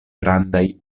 grandaj